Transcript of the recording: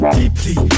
deeply